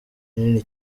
rinini